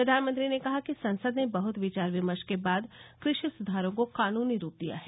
प्रधानमंत्री ने कहा कि संसद ने बहत विचार विमर्श के बाद कृषि सुधारों को कानूनी रूप दिया है